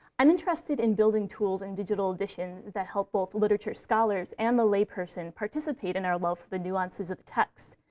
i'm interested in building tools and digital editions that help both literature scholars and the layperson participate in our love for the nuances of a text.